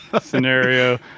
scenario